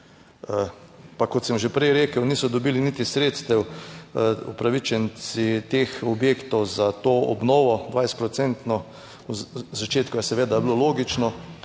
Pa kot sem že prej rekel, niso dobili niti sredstev upravičenci teh objektov za to obnovo, 20 procentno. V začetku je seveda bilo logično,